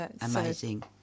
amazing